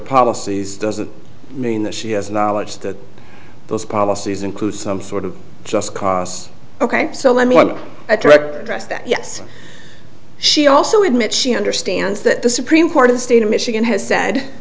policies doesn't mean that she has knowledge that those policies include some sort of just cause ok so let me a direct address that yes she also admits she understands that the supreme court of the state of michigan has said